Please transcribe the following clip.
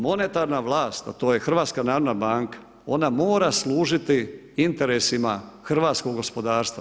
Monetarna vlast, a to je HNB ona mora služiti interesima hrvatskog gospodarstva.